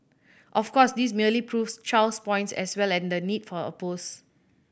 of course this merely proves Chow's point as well and the need for her post